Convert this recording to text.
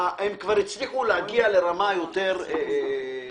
הם כבר הצליחו להגיע לרמה יותר גבוהה.